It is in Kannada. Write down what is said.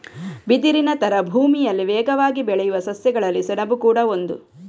ಬಿದಿರಿನ ತರ ಭೂಮಿಯಲ್ಲಿ ವೇಗವಾಗಿ ಬೆಳೆಯುವ ಸಸ್ಯಗಳಲ್ಲಿ ಸೆಣಬು ಕೂಡಾ ಒಂದು